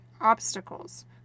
obstacles